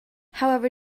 however